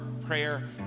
prayer